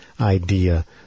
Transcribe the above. idea